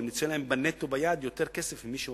יוצא להם נטו ביד יותר כסף מאשר למי שעובד.